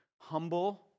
Humble